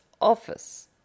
office